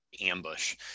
ambush